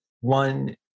one